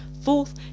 Fourth